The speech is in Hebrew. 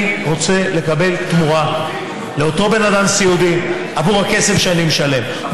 אני רוצה לקבל תמורה לאותו בן אדם סיעודי עבור הכסף שאני משלם,